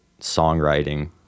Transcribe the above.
songwriting